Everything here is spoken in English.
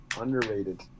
Underrated